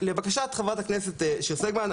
לבקשת חברת הכנסת שיר סגמן,